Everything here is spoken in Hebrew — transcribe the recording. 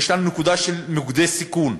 ויש לנו נקודה של מוקדי סיכון,